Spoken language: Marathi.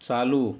चालू